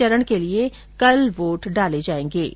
इस चरण के लिए कल वोट डाले जाएंगे